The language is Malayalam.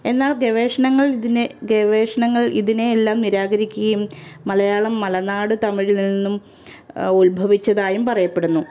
എന്നാൽ ഗവേഷണങ്ങൾ ഇതിനെ ഗവേഷണങ്ങൾ ഇതിനെയെല്ലം നിരാകരിക്കേം മലയാളം മലനാട് തമിഴിൽ നിന്നും ഉത്ഭവിച്ചതായും പറയപ്പെടുന്നു